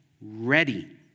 ready